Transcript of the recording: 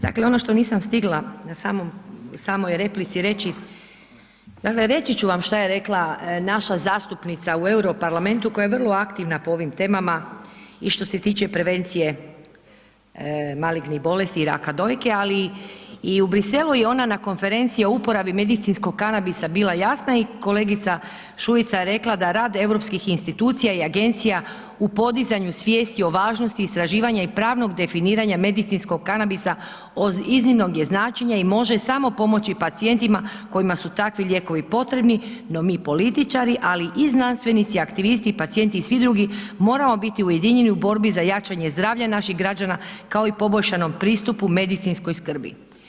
Dakle, ono što nisam stigla u samoj replici reći, dakle reći ću vam šta je rekla naša zastupnica u Europarlamentu koja je vrlo aktivna po ovim temama i što se tiče prevencije malignih bolesti i raka dojke, ali i u Bruxellesu je ona na Konferenciji o uporabi medicinskog kanabisa bila jasna i kolega Šuica je rekla da rad europskih institucija i agencija u podizanju svijesti o važnosti istraživanja i pravnog definiranja medicinskog kanabisa od iznimnog je značenja i može samo pomoći pacijentima kojima su takvi lijekovi potrebni, no mi političari ali i znanstvenici, aktivisti i pacijenti i svi drugi moramo biti ujedinjeni u borbi za jačanje zdravlja naših građana, kao i poboljšanom pristupu medicinskoj skrbi.